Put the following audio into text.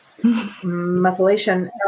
methylation